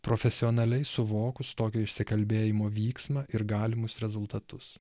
profesionaliai suvokus tokio išsikalbėjimo vyksmą ir galimus rezultatus